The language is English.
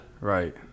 Right